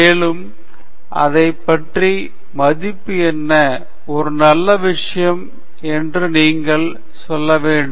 மேலும் அதை செய்ய மதிப்பு என்ன ஒரு நல்ல விஷயம் என்று நீங்கள் சொல்ல வேண்டும்